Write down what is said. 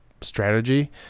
Strategy